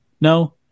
no